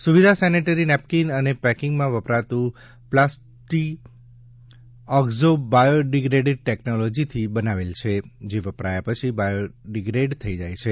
સુવિધા sanitary napkin અને પેકિંગમાં વપરાતું પ્લાસ્ટી ઓક્ઝો બાયોડીગ્રેડેલ ટેકનોલોજી તી બનાવેલ છે જે વપરાયા પછી બાયોડીગ્રેડ થઇ જાય છે